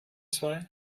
zwei